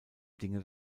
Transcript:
dinge